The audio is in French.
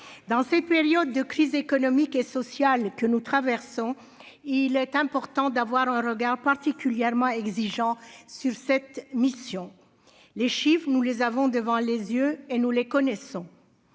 dans cette période de crise économique et sociale que nous traversons, il est important d'avoir un regard particulièrement exigeant sur cette mission, les chiffres, nous les avons devant les yeux et nous les connaissons,